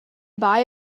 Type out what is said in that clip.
buy